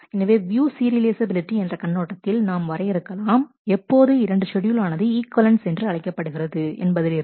எனவே view serialisability என்ற கண்ணோட்டத்தில் நாம் வரையறுக்கலாம் எப்போது 2 ஷெட்யூல் ஆனது ஈக்வலன்ஸ் என்று அழைக்கப்படுகிறது என்பதிலிருந்து